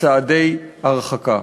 צעדי הרחקה".